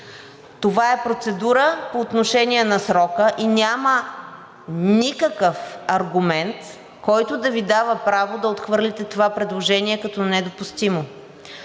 Това е процедура по отношение на срока и няма никакъв аргумент, който да Ви дава право да отхвърлите това предложение като недопустимо.